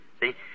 See